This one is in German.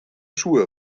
schuhe